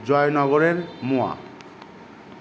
জয়নগরের মোয়া